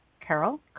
Carol